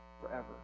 forever